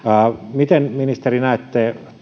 miten ministeri näette